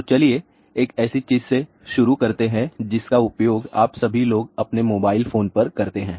तो चलिए एक ऐसी चीज़ से शुरू करते हैं जिसका उपयोग आप सभी लोग अपने मोबाइल फोन पर करते हैं